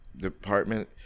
department